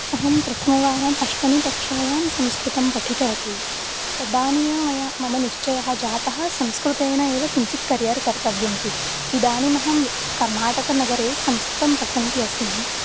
अहं प्रथमवारम् अष्टमकक्षायां संस्कृतं पठितवती तदानीमेव मया मम निश्चयः जातः संस्कृतेन एव किञ्चित् करियर् कर्तव्यमिति इदानीमहं कर्नाटकनगरे संस्कृतं पठन्ती अस्मि